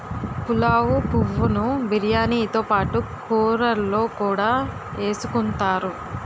పులావు పువ్వు ను బిర్యానీతో పాటు కూరల్లో కూడా ఎసుకుంతారు